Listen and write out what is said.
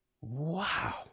Wow